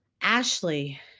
Ashley